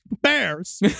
bears